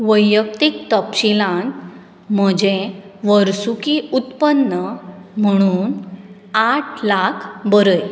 वैयक्तीक तपशीलान म्हजें वर्सुकी उत्पन्न म्हणून आठ लाख बरय